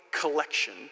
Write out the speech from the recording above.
collection